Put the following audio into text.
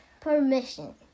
permission